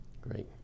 Great